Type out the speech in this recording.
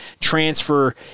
transfer